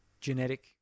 genetic